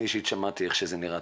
אני אישית שמעתי איך שזה נראה,